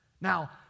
Now